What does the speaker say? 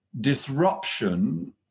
disruption